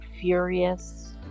furious